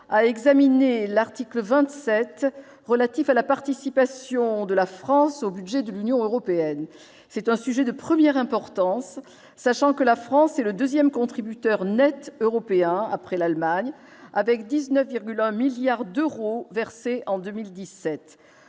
à examiner l'article 27 relatif à la participation de la France au budget de l'Union européenne. C'est un sujet de première importance, sachant que la France est le deuxième contributeur net européen après l'Allemagne, avec 19,1 milliards d'euros versés en 2017.